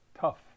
tough